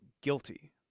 guilty